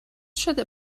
شده